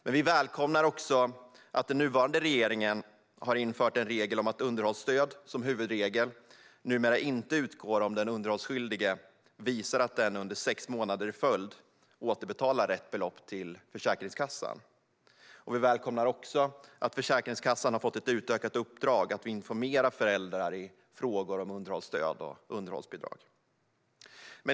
Men vi välkomnar också att den nuvarande regeringen har infört en regel om att underhållsstöd, som huvudregel, numera inte utgår om den underhållsskyldige visar att denne under sex månader i följd återbetalar rätt belopp till Försäkringskassan. Vi välkomnar även att Försäkringskassan har fått ett utökat uppdrag att informera föräldrar i frågor om underhållsstöd och underhållsbidrag.